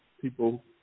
people